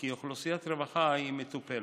כי אוכלוסיית הרווחה מטופלת.